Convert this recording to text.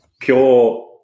pure